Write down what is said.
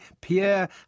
Pierre